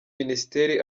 minisiteri